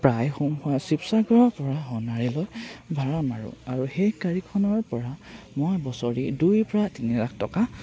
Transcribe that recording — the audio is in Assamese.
প্ৰায় সোম হোৱা শিৱসাগৰৰ পৰা সোণাৰীলৈ ভাড়া মাৰোঁ আৰু সেই গাড়ীখনৰ পৰা মই বছৰি দুই পৰা তিনি লাখ টকা